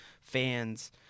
fans